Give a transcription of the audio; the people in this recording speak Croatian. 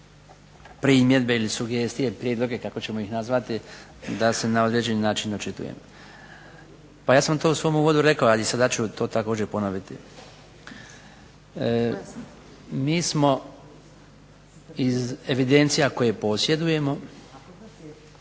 primjedbe ili sugestije, prijedloge kako ćemo ih nazvati da se na određeni način očitujem. Pa ja sam to u svom uvodu rekao, ali sada ću to također ponoviti. Mi smo iz evidencija koje posjedujemo